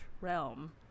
realm